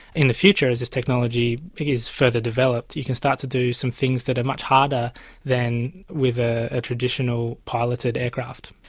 in the future as this technology is further developed, you can start to do some things that are much harder than with a ah traditional piloted aircraft.